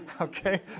Okay